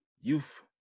youth